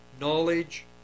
knowledge